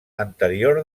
anterior